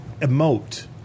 emote